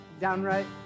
downright